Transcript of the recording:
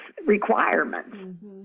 Requirements